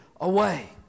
away